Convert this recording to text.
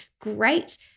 great